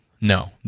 no